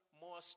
more